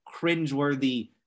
cringeworthy